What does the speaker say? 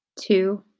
two